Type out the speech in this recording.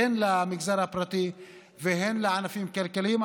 הן למגזר הפרטי והן לענפים כלכליים,